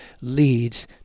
leads